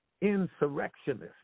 insurrectionist